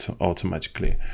automatically